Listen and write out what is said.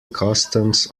customs